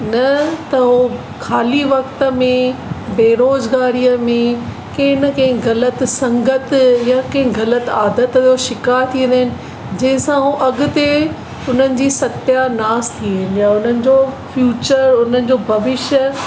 न त हो ख़ाली वक़्तु में बेरोज़गारीअ में कंहिं न कंहिं ग़लति संगत या कंहिं ग़लति आदतु जो शिकार थी वेंदा आहिनि जंहिंसां उहो अॻिते हुननि जी सत्यानास थी वेंदी आहे उन्हनि जो फ्यूचर उन जो भविष्य